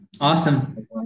Awesome